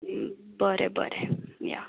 बरें बरें या